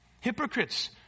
Hypocrites